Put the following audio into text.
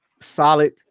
solid